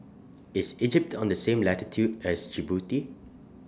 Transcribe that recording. IS Egypt on The same latitude as Djibouti